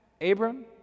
Abram